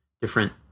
different